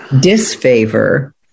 disfavor